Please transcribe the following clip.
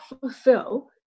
fulfill